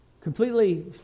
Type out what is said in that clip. completely